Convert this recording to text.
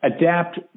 adapt